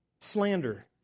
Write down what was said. slander